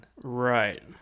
Right